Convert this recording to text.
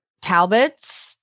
Talbot's